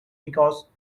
because